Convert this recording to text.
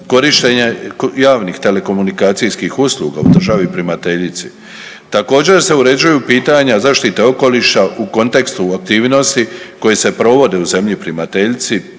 korištenje javnih telekomunikacijskih usluga u državi primateljici. Također, se uređuju pitanja zaštite okoliša u kontekstu aktivnosti koje se provode u zemlji primateljici,